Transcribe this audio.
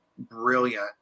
brilliant